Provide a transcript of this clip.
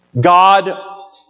God